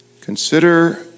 Consider